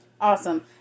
Awesome